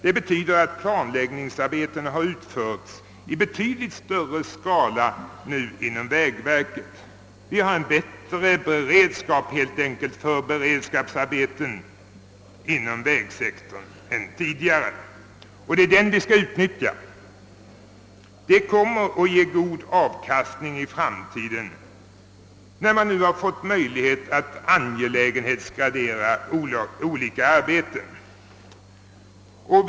Det har lett till att planläggningsarbeten har utförts i betydligt större skala inom vägverket än tidigare. Vi har inom vägsektorn helt enkelt fått en bättre beredskap för beredskapsarbeten än tidigare, och det är den vi skall utnyttja. Den angelägenhetsgradering som har skett av olika arbeten kommer att ge god avkastning i framtiden.